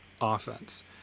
offense